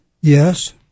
Yes